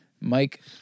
Mike